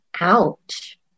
Ouch